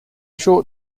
short